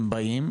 הם באים,